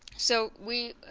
so we.